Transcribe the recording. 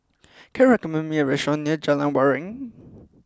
can you recommend me a restaurant near Jalan Waringin